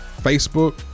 Facebook